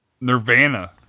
Nirvana